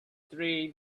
three